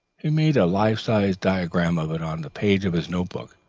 he made a life-size diagram of it on the page of his notebook,